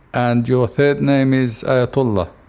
and your third name is ayatollah.